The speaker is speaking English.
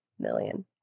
Million